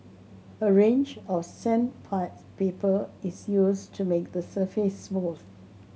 a range of is used to make the surface smooth